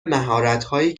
مهارتهایی